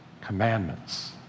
Commandments